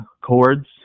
chords